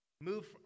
move